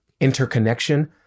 interconnection